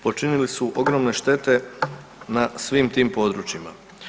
Počinili su ogromne štete na svim tim područjima.